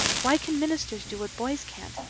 why can ministers do what boys can't?